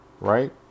right